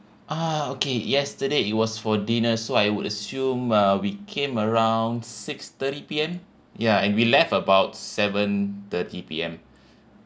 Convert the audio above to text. ah okay yesterday it was for dinner so I would assume uh we came around six thirty P_M ya and we left about seven thirty P_M